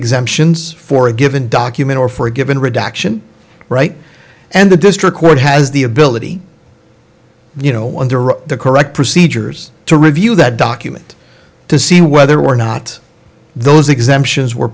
exemptions for a given document or for a given redaction right and the district court has the ability you know the correct procedures to review that document to see whether or not those exemptions were